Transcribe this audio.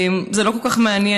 זה לא כל כך מעניין.